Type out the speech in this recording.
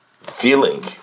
feeling